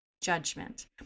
judgment